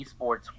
esports